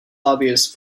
lobbyist